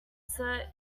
set